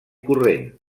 corrent